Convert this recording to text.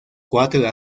cuatro